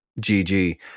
GG